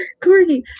Corgi